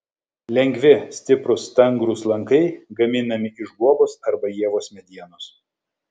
lengvi stiprūs stangrūs lankai gaminami iš guobos arba ievos medienos